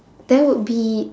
that would be